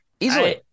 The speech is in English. Easily